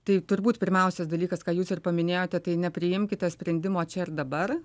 tai turbūt pirmiausias dalykas ką jūs paminėjote tai nepriimkite sprendimo čia ir dabar